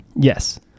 Yes